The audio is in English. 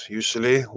usually